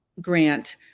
grant